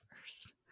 first